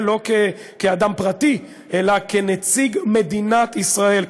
לא כאדם פרטי אלא כנציג מדינת ישראל,